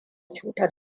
cutar